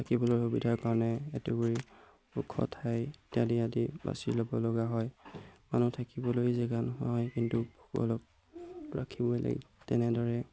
থাকিবলৈ সুবিধাৰ কাৰণে এটুকুৰা ওখ ঠাই ইত্যাদি আদি বাছি ল'ব লগা হয় মানুহ থাকিবলৈ জেগা নোহোৱা হয় কিন্তু পশুসকলক ৰাখিবই লাগিব তেনেদৰে